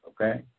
Okay